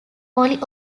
holy